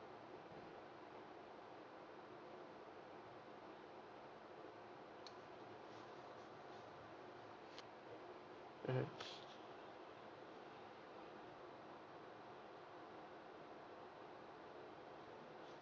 mm